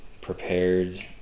prepared